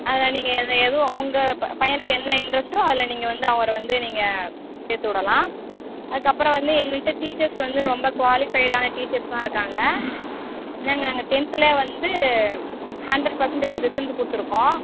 அதில் நீங்கள் எது எது உங்கள் ப பையனுக்கு என்ன இன்ட்ரெஸ்ட்டோ அதில் நீங்கள் வந்து அவரை வந்து நீங்கள் சேத்துவிடலாம் அதுக்கப்புறம் வந்து எங்கள்ட்ட டீச்சர்ஸ் வந்து ரொம்ப குவாலிஃபைடான டீச்சர்ஸ் தான் இருக்காங்க நாங்கள் அங்கே டென்த்துலேயே வந்து ஹண்ட்ரட் பர்சண்ட்டேஜ் ரிசல்ட்டு கொடுத்துருக்கோம்